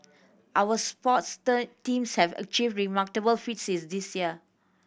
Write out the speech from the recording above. our sports term teams have achieved remarkable feats this year